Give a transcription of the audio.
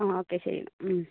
ആ ഓക്കേ ശരി